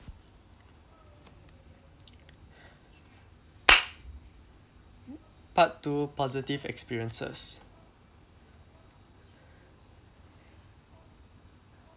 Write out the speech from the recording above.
part two positive experiences